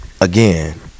Again